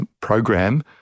program